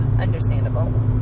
understandable